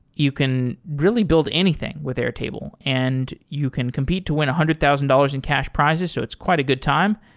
you can really build anything with airtable, and you can compete to win one hundred thousand dollars in cash prizes. so it's quite a good time.